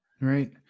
Right